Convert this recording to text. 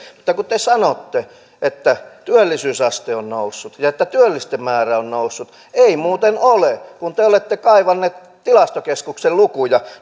mutta kun te te sanoitte että työllisyysaste on noussut ja ja työllisten määrä on noussut ei muuten ole kun te olette kaivanneet tilastokeskuksen lukuja